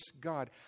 God